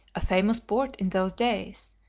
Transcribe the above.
a famous port in those days,